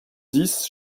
dix